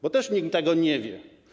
Bo też nikt tego nie wie.